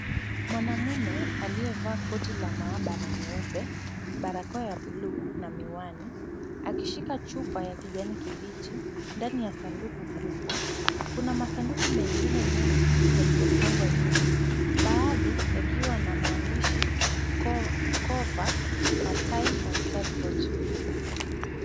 Mwanamume aliyevaa koti la maabara nyeupe, barakoa ya bluu na miwani akishika chupa ya kijani kibichi. Ndani ya sanduku kubwa kuna masanduku mengine mengi yaliyopangwa nyuma baadhi yakiwa na maandishi covax na time and temperature .